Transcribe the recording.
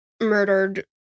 murdered